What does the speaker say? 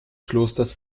klosters